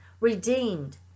redeemed